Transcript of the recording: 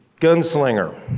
Gunslinger